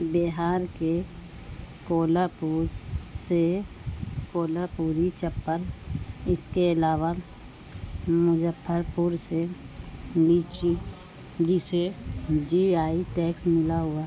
بہار کے کولہاپور سے کولہا پوری چپل اس کے علاوہ مظفرپور سے نیچی جیسے جی آئی ٹیگس ملا ہوا